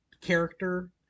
Character